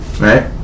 right